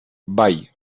bai